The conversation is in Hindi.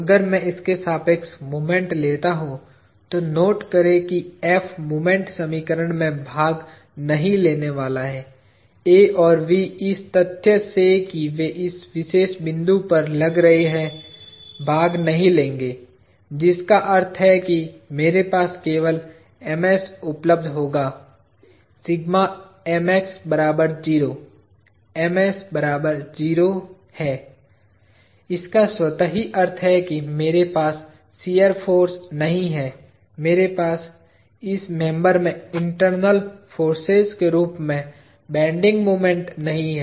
अगर मैं इसके सापेक्ष मोमेंट लेता हूं तो नोट करे कि F मोमेंट समीकरण में भाग नहीं लेने वाला है A और V इस तथ्य से कि वे इस विशेष बिंदु पर लग रहे हैं भाग नहीं लेंगे जिसका अर्थ है कि मेरे पास केवल Ms उपलब्ध होंगा है इसका स्वतः ही अर्थ है कि मेरे पास शियर फाॅर्स नहीं है मेरे पास इस मेंबर में इंटरनल फोर्सेज के रूप में बेन्डिंग मोमेंट नहीं है